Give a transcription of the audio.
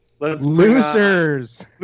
Losers